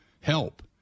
help